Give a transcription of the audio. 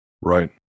Right